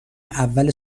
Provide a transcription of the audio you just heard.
اول